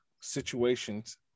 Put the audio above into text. situations